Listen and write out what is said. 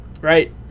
right